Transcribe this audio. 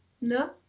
No